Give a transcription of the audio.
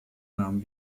nahm